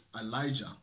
Elijah